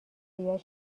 زیاد